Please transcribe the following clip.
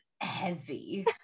heavy